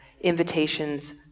invitations